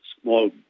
small